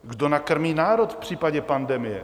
Kdo nakrmí národ v případě pandemie?